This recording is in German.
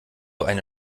eine